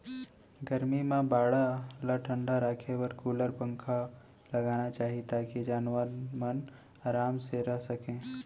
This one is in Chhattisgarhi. गरमी म बाड़ा ल ठंडा राखे बर कूलर, पंखा लगाना चाही ताकि जानवर मन आराम से रह सकें